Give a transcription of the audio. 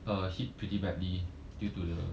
uh hit pretty badly due to the